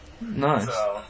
Nice